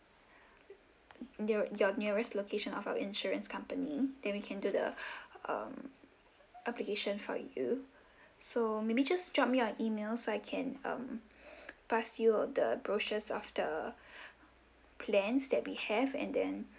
your nearest location of our insurance company then we can do the um application for you so maybe just drop me your email so I can um pass you the brochures of the plans that we have and then